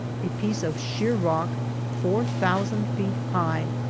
a piece of sheer rock four thousand feet high,